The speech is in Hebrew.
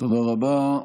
תודה רבה.